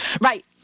Right